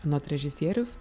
anot režisieriaus